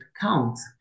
counts